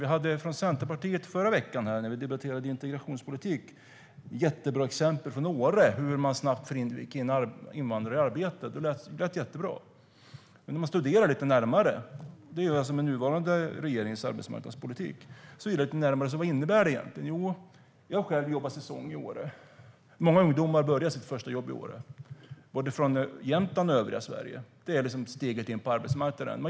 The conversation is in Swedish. När vi debatterade integrationspolitik här i förra veckan gav Centerpartiet ett mycket bra exempel från Åre om hur de där snabbt får in invandrare i arbete, och detta med den nuvarande regeringens arbetsmarknadspolitik. Det lät jättebra. Men vad innebär detta när man studerar det lite närmare? Jag har själv säsongsarbetat i Åre. Många ungdomar får sitt första jobb i Åre - både ungdomar från Jämtland och från övriga Sverige. Det är steget in på arbetsmarknaden.